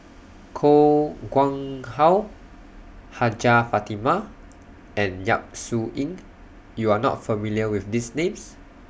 Koh Nguang How Hajjah Fatimah and Yap Su Yin YOU Are not familiar with These Names